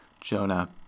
Jonah